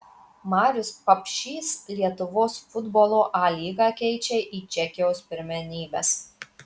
marius papšys lietuvos futbolo a lygą keičia į čekijos pirmenybes